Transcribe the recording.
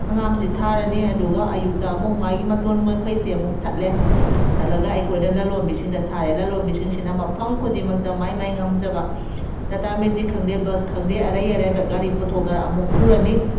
ꯍꯪꯒꯥꯝꯁꯤ ꯊꯥꯔꯅꯤ ꯑꯗꯨꯒ ꯑꯌꯨꯛꯇ ꯑꯃꯨꯛ ꯃꯥꯒꯤ ꯃꯇꯣꯟ ꯃꯈꯩꯁꯦ ꯑꯃꯨꯛ ꯊꯠꯂꯦ ꯊꯠꯂꯒ ꯑꯩꯈꯣꯏꯅ ꯂꯂꯣꯟꯕꯤꯁꯤꯡꯗ ꯊꯥꯏ ꯂꯂꯣꯟꯕꯤ ꯁꯤꯡꯁꯤꯅ ꯃꯐꯝ ꯈꯨꯗꯤꯡꯃꯛꯇ ꯃꯥꯏ ꯃꯥꯏ ꯉꯝꯖꯕ ꯇꯥꯇꯥ ꯃꯦꯖꯤꯛ ꯈꯪꯗꯦ ꯕꯁ ꯈꯪꯗꯦ ꯑꯔꯩ ꯑꯔꯩꯕ ꯒꯥꯔꯤ ꯄꯨꯊꯣꯛꯅꯔ ꯑꯃꯨꯛ ꯄꯨꯔꯅꯤ